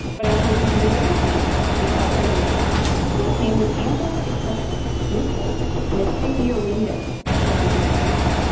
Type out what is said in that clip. but as we'll continually see with all regulations, this came with ample exceptions, loopholes, and a ten year window for implementation.